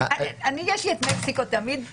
תמיד יש את מקסיקו...